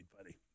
buddy